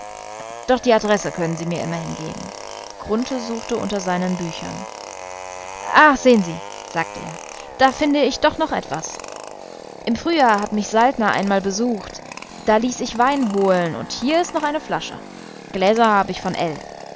doch die adresse können sie mir immerhin geben grunthe suchte unter seinen büchern ach sehen sie sagte er da finde ich doch noch etwas im frühjahr hat mich saltner einmal besucht da ließ ich wein holen und hier ist noch eine flasche gläser habe ich von ell